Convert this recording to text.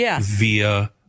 via